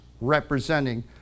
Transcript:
representing